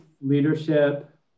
leadership